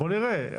בואו נראה,